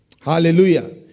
Hallelujah